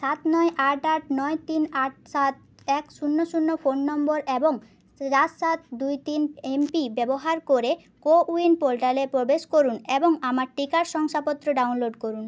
সাত নয় আট আট নয় তিন আট সাত এক শূন্য শূন্য ফোন নম্বর এবং চার সাত দুই তিন এম পিন ব্যবহার করে কো উইন পোর্টালে প্রবেশ করুন এবং আমার টিকার শংসাপত্র ডাউনলোড করুন